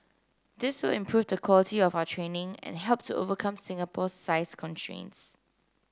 this will improve the quality of our training and help to overcome Singapore's size constraints